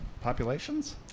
populations